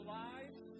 lives